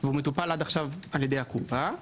והוא מטופל עד עכשיו על ידי הקופה,